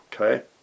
Okay